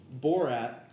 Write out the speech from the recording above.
Borat